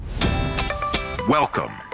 Welcome